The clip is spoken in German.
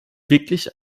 wirklich